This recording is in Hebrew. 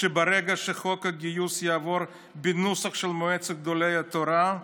שברגע שחוק הגיוס יעבור בנוסח של מועצת גדולי התורה,